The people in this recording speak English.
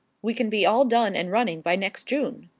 we can be all done and running by next june.